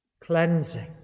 Cleansing